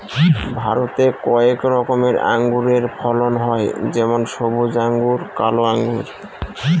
ভারতে কয়েক রকমের আঙুরের ফলন হয় যেমন সবুজ আঙ্গুর, কালো আঙ্গুর